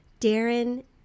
Darren